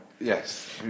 Yes